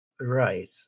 Right